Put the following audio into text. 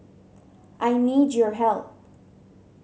I need your help